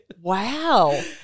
Wow